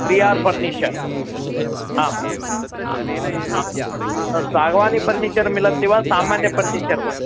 त्रि आर् फ़र्निचर् आम् सागवानि फ़र्निचर् मिलति वा सामान्यं फ़र्निचर् वा